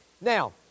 Now